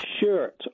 shirt